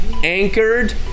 anchored